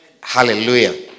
Hallelujah